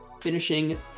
finishing